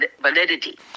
validity